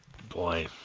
Boy